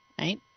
right